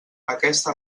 aquesta